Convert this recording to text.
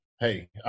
hey